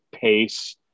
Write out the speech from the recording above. pace